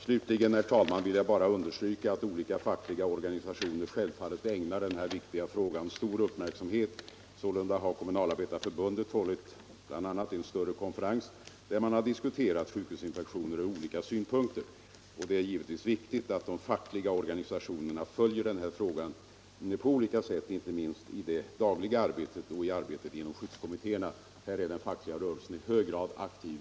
Slutligen, herr talman, vill jag bara understryka att olika fackliga organisationer självfallet ägnar denna viktiga fråga stor uppmärksamhet. Sålunda har Kommunalarbetareförbundet hållit en konferens där man diskuterat sjukhusinfektioner från olika synpunkter. Det är givetvis viktigt att de fackliga organisationerna följer denna fråga på olika sätt inte minst i det dagliga arbetet och i arbetet inom skyddskommittéerna. På detta område är den fackliga rörelsen i hög grad aktiv.